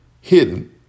hidden